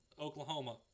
Oklahoma